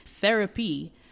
Therapy